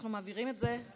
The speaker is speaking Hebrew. אנחנו מעבירים את זה לאן?